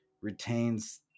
retains